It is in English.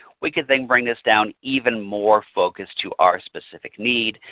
we can then bring this down even more focused to our specific need.